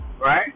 right